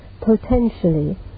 potentially